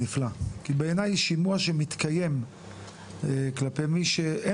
כי בעיניי שימוע שמתקיים כלפי מי שאין